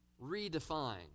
redefine